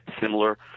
similar